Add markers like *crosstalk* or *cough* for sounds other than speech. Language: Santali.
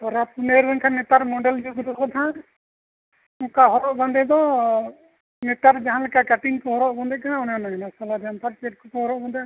ᱯᱚᱨᱚᱵᱽ ᱯᱩᱱᱟᱹᱭ ᱨᱮ ᱮᱱᱠᱷᱟᱱ ᱱᱮᱛᱟᱨ ᱢᱚᱰᱮᱞ ᱡᱩᱜᱽ ᱫᱚ ᱦᱟᱜ ᱚᱱᱠᱟ ᱦᱚᱨᱚᱜ ᱵᱟᱸᱫᱮ ᱫᱚ ᱱᱮᱛᱟᱨ ᱡᱟᱦᱟᱸ ᱞᱮᱠᱟ ᱠᱟᱹᱴᱤᱱ ᱠᱚ ᱦᱚᱨᱚᱜ ᱵᱟᱫᱮᱜ ᱠᱟᱱᱟ ᱚᱱᱮ ᱚᱱᱟ *unintelligible* ᱦᱚᱨᱚᱜ ᱵᱟᱸᱫᱮᱜᱼᱟ